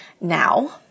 now